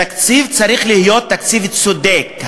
תקציב צריך להיות תקציב צודק.